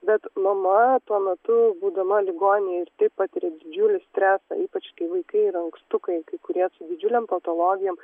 bet mama tuo metu būdama ligoninėj vis tiek patiria didžiulį stresą ypač kai vaikai yra ankstukai kai kurie su didžiulėm patologijom